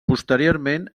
posteriorment